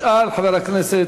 ישאל חבר הכנסת